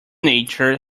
nature